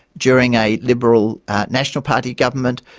during a liberal national party government,